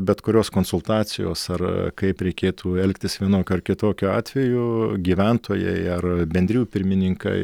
bet kurios konsultacijos ar kaip reikėtų elgtis vienokiu ar kitokiu atveju gyventojai ar bendrijų pirmininkai